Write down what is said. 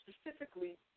specifically